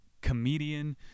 comedian